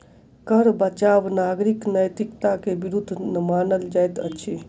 कर बचाव नागरिक नैतिकता के विरुद्ध मानल जाइत अछि